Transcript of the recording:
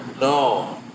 No